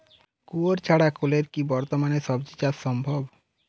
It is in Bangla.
কুয়োর ছাড়া কলের কি বর্তমানে শ্বজিচাষ সম্ভব?